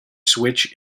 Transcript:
switch